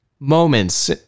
Moments